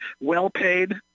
well-paid